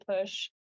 push